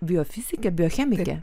biofizikė biochemikė